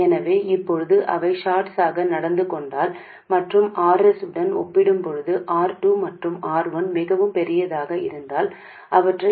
எனவே இப்போது அவை ஷார்ட்ஸாக நடந்து கொண்டால் மற்றும் R s உடன் ஒப்பிடும்போது R 2 மற்றும் R 1 மிகவும் பெரியதாக இருந்தால் அவற்றை எழுதுகிறேன்